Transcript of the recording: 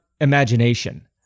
imagination